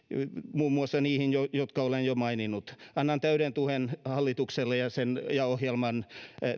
muun muassa niihin jotka olen jo maininnut annan täyden tuen hallitukselle ja ohjelman